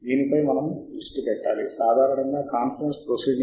దీనిపై క్లిక్ చేయడం ద్వారా మీరు ఎక్కువ సంఖ్యలో ఇటువంటి పదబంధాలను జోడించవచ్చు